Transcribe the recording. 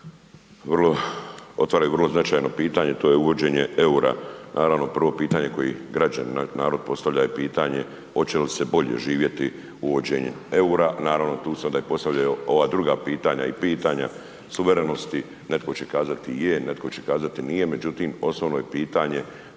otvaraju vrlo značajno pitanje to je uvođenje EUR-a. Naravno prvo pitanje koje građani, narod postavlja oće li se bolje živjeti uvođenjem EUR-a, naravno tu se onda i postavljaju ova druga pitanja i pitanja suverenosti, netko će kazati je, netko će kazati nije, međutim osnovno je pitanje